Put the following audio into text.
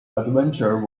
adventure